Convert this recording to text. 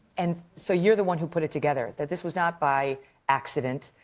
and so you're the one who put it together. this was not by accident.